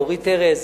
לאורית ארז,